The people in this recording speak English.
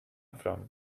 from